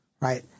right